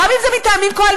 גם אם זה מטעמים קואליציוניים,